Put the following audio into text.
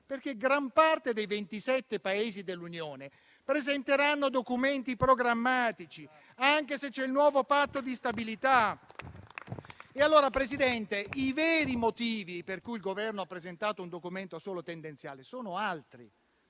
perché gran parte dei 27 Paesi dell'Unione presenterà documenti programmatici, anche se c'è il nuovo Patto di stabilità. Signor Presidente, i veri motivi per cui il Governo ha presentato un documento solo tendenziale sono altri.